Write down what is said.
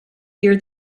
hear